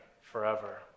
forever